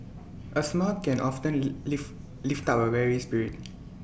A smile can often lift up A weary spirit